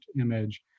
image